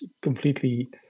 completely